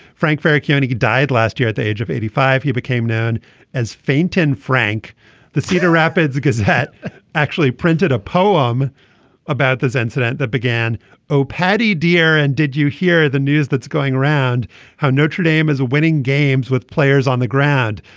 frank ferry cuny died last year at the age of eighty five. he became known as faint and frank the cedar rapids gazette actually printed a poem about this incident that began oh paddy dear and did you hear the news that's going around how notre dame is winning games with players on the ground.